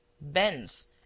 bends